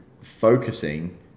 focusing